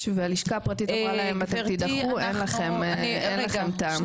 והלשכה הפרטית אמרה להם אתם תידחו אין לכם טעם.